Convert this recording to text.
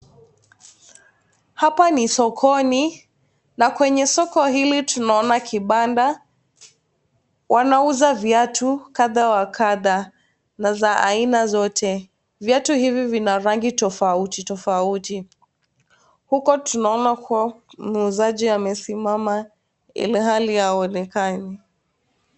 Hapa ni sokoni na kwenye soko hili tunaona kibanda wanauza viatu kadha wa kadhaa na vya aina zote . viatu hivi ni vina rangi yofauti tofauti uko tunsona muuzaji amesimama ilhalii aonekani.